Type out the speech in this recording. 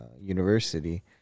university